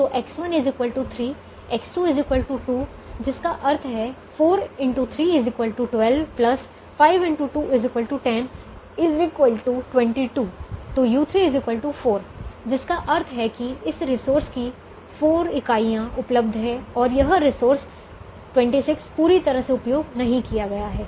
तो X1 3 X2 2 जिसका अर्थ है 12 10 22 तो u3 4 जिसका अर्थ है कि इस रिसोर्स की 4 इकाइयाँ उपलब्ध हैं और यह रिसोर्स 26 पूरी तरह से उपयोग नहीं किया गया है